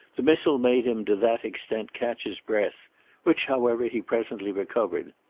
the missile made him to that extent catch his breath which however he presently recovered.